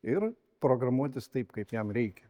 ir programuotis taip kaip jam reikia